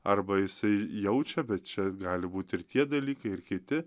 arba jisai jaučia bet čia gali būt ir tie dalykai ir kiti